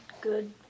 Good